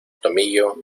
tomillo